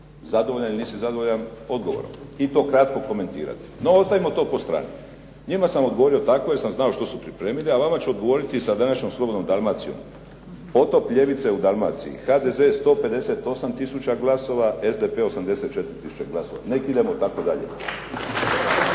zadovoljan ili nisi zadovoljan odgovor i to kratko komentirati. No, ostavimo to postrani. Njima sam odgovorio tako jer sam znao što su pripremili, a vama ću odgovoriti sa današnjom Slobodnom Dalmacijom. "Potop ljevice u Dalmaciji. HDZ je 158 tisuća glasova, SDP 84 tisuće glasova." Nek idemo tako dalje.